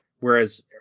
whereas